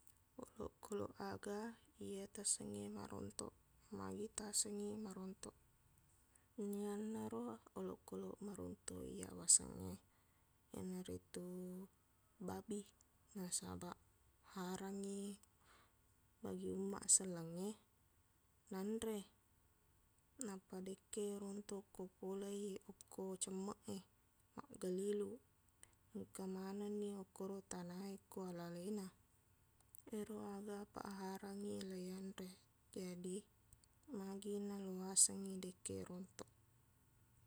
Olokkoloq aga iye taasengnge marontok magi taasengngi marontok nenniannaro iyaro olokkoloq marontok iyaq wasengnge marontok iyanaitu babi nasabaq haramngi bagi umaq sellengnge nanre nappa dekke rontok ko polewi okko cemmeq e maggaliluq engka manenni okoro tana e ko alalena ero aga apaq harangngi leiyanre jadi magi naluwasengngi dekke rontok